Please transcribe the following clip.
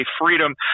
Freedom